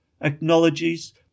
acknowledges